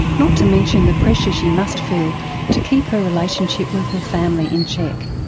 not to mention the pressure she must feel to keep her relationship with her family in check.